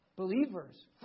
Believers